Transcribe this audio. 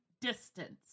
distance